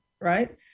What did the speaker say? right